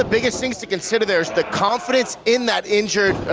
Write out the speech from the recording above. ah biggest things to consider there is the confidence in that injured